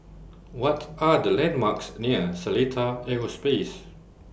What Are The landmarks near Seletar Aerospace